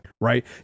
right